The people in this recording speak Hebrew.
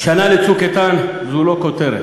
שנה ל"צוק איתן" זו לא כותרת.